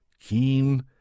keen